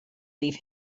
leave